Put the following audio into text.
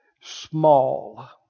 small